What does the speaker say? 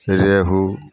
रेहु